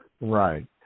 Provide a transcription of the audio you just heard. Right